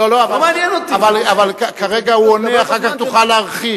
אבל כרגע הוא עונה, אחר כך תוכל להרחיב.